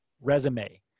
resume